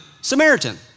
Samaritan